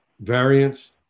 variants